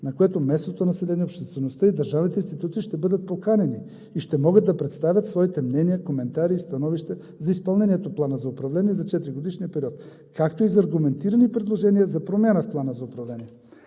на което местното население, обществеността и държавните институции ще бъдат поканени и ще могат да представят своите мнения, коментари и становища за изпълнението на Плана за управление за четиригодишния период, както и за аргументирани предложения за промяна в Плана за управление.